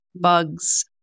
bugs